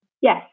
Yes